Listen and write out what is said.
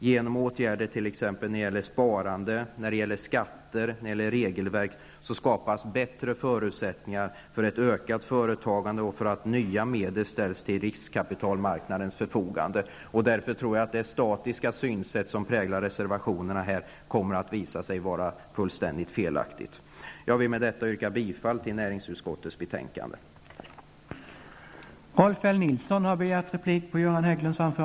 Genom åtgärder beträffande sparande, skatter och regelverk skapas bättre förutsättningar för ett ökat företagande och för att nya medel ställs till riskkapitalmarknadens förfogande. Därför tror jag att det statiska synsätt som präglar reservationerna kommer att visa sig vara fullständigt felaktigt. Herr talman! Med detta yrkar jag bifall till hemställan i näringsutskottets betänkande 10.